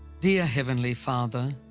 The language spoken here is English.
dear heavenly father.